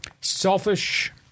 Selfish